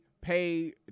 pay